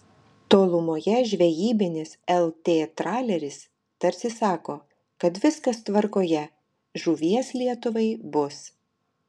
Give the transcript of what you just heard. tolumoje žvejybinis lt traleris tarsi sako kad viskas tvarkoje žuvies lietuvai bus